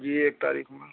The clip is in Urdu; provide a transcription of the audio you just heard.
جی ایک تاریخ میں